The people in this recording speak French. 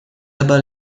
abat